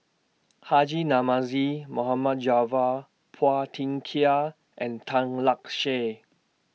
Haji Namazie Mohd Javad Phua Thin Kiay and Tan Lark Sye